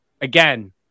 again